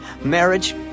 marriage